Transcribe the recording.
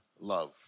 love